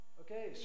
okay